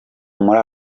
muri